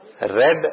Red